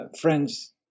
friends